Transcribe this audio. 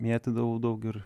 mėtydavau daug ir